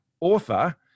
author